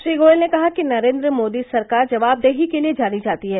श्री गोयल ने कहा कि नरेन्द्र मोदी सरकार जवाबदेही के लिए जानी जाती है